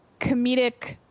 comedic